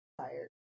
Tired